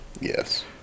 Yes